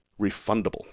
refundable